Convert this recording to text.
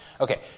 Okay